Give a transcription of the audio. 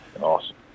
Awesome